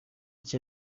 cya